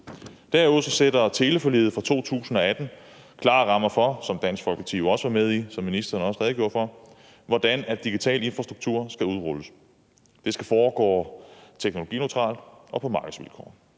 Derudover sætter teleforliget fra 2018, som Dansk Folkeparti jo også var med i, og som ministeren også har redegjort for, klare rammer for, hvordan den digitale infrastruktur skal udrulles. Det skal foregå teknologineutralt og på markedsvilkår,